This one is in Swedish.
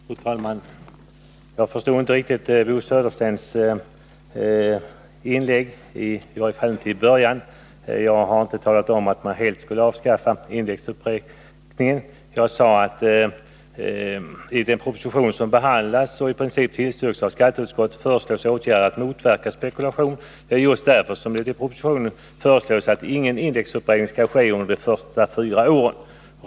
Fru talman! Jag förstod inte riktigt vad Bo Södersten sade i början av sitt inlägg. Jag har inte talat om att man helt skulle avskaffa indexberäkningen. Jag sade att det i den proposition som skatteutskottet behandlat och i princip tillstyrkt föreslås åtgärder för att motverka spekulation. Det är just därför som det i propositionen föreslås, att någon uppräkning inte skall ske under de fyra första åren.